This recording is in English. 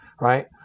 right